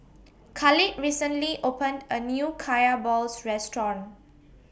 Khalid recently opened A New Kaya Balls Restaurant